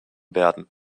werden